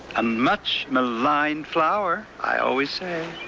a much maligned flower, i always say.